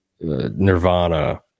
Nirvana